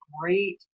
great